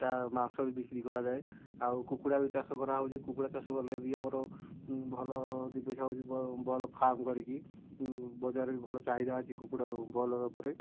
ତା ମାଂସ ବି ବିକ୍ରି କରାଯାଏ ଆଉ କୁକୁଡ଼ା ବି ଚାଷ କରାହେଉଛି କୁକୁଡ଼ା ଚାଷ କଲେ ବି ଆମର ଭଲ ଦୁଇ ପଇସା ହେଉଛି ଫାର୍ମ କରିକି ବଜାରରେ ବି ଭଲ ଚାହିଦା ଅଛି କୁକୁଡ଼ା ବ୍ରଏଲର୍ ଉପରେ